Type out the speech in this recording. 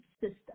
system